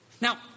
Now